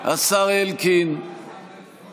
אבל מה הספקת לעשות חוץ מלהקים ממשלה עם ארבעה